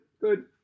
Good